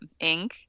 Inc